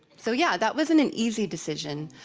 so yeah, that wasn't an easy decision.